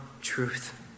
truth